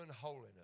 holiness